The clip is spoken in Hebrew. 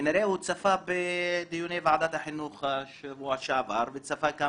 כנראה הוא צפה בדיוני ועדת החינוך בשבוע שעבר וצפה גם